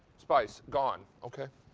spice? gone. okay.